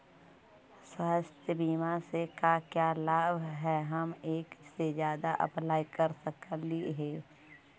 स्वास्थ्य बीमा से का क्या लाभ है हम एक से जादा अप्लाई कर सकली ही?